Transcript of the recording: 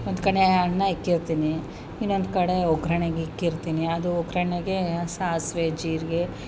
ಒಂದು ಕಡೆ ಅನ್ನ ಇಟ್ಟಿರ್ತೀನಿ ಇನ್ನೊಂದು ಕಡೆ ಒಗ್ಗರಣೆಗೆ ಇಟ್ಟಿರ್ತೀನಿ ಅದು ಒಗ್ಗರಣೆಗೆ ಸಾಸಿವೆ ಜೀರಿಗೆ